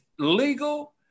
legal